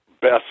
best